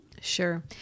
Sure